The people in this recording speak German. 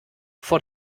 vor